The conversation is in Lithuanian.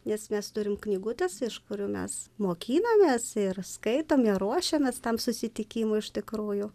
nes mes turim knygutes iš kurių mes mokinomės ir skaitom ją ruošiamės tam susitikimui iš tikrųjų